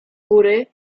góry